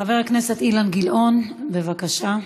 חבר הכנסת אילן גילאון, בבקשה.